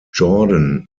jordan